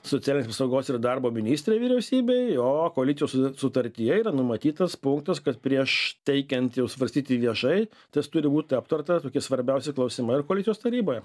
socialinės apsaugos ir darbo ministrei vyriausybei o koalicijos sutartyje yra numatytas punktas kad prieš teikiant jau svarstyti viešai tas turi būti aptarta tokie svarbiausi klausimai ir koalicijos taryboje